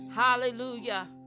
Hallelujah